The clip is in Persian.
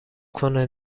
کنه